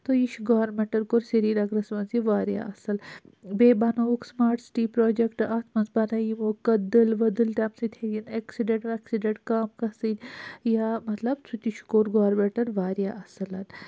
تہٕ یہِ چھُ گورمِنٹَن کوٚر سری نَگرَس منٛز یہِ وارِیاہ اَصٕل بیٚیہِ بَنووُکھ سُماٹ سِٹی پرٛوجیکٹ اَتھ منٛز بَنٲے یِمو کٔدٕل ؤدٕل تَمہِ سٍتۍ ہیٚکَن أکسی ڈَنٛٹہٕ ویٚکسی ڈَنٛٹہٕ کَم گَژھٕنۍ یا مَطلَب سُہ تہِ چھُ گورمِنٹَن وارِیاہ اَصٕل